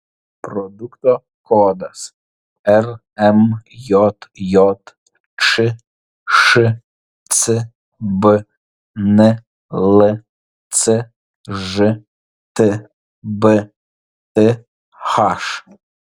produkto kodas rmjj čšcb nlcž tbth